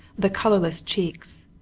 the colourless cheeks,